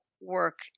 work